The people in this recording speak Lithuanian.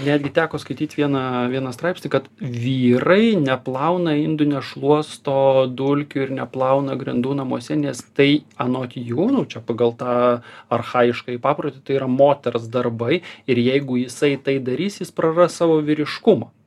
netgi teko skaityt vieną vieną straipsnį kad vyrai neplauna indų nešluosto dulkių ir neplauna grindų namuose nes tai anot jų nu čia pagal tą archajiškąjį paprotį tai yra moters darbai ir jeigu jisai tai darys jis praras savo vyriškumą